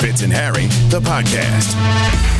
Fitz and Harry, the podcast.